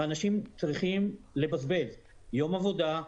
ואנשים צריכים לבזבז יום עבודה,